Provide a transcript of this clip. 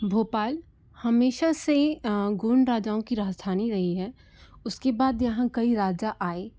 भोपाल हमेशा से ही गोंड राजाओं की राहजधानी रही है उसके बाद यहाँ कई राजा आए